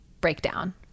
breakdown